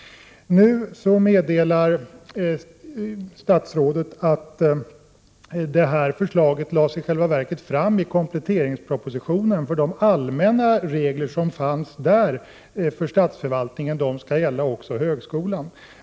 Nu meddelar statsrådet att detta förslag i själva verket lades fram i kompletteringspropositionen, eftersom de allmänna regler som fanns där om statsförvaltningen även skall gälla högskolan.